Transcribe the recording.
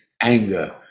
anger